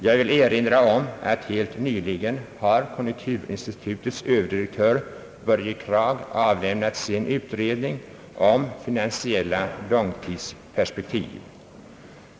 Jag vill erinra om att konjunkturinstitutets överdirektör Börje Kragh helt nyligen avlämnat sin utredning om »Finansiella långtidsperspektiv».